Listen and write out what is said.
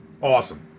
awesome